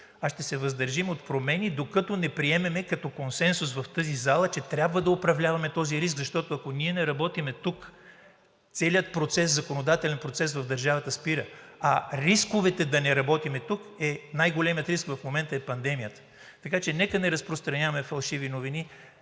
а ще се въздържим от промени, докато не приемем като консенсус в тази зала, че трябва да управляваме този риск, защото, ако ние не работим тук, целият законодателен процес в държавата спира, а рискът да не работим тук е най-големият риск в момента – пандемията. Така че нека не разпространяваме фалшиви новини,